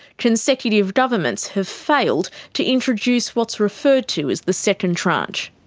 consecutive governments have failed to introduce what's referred to as the second tranche.